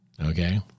Okay